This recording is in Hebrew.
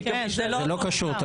זה לא קשור.